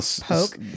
poke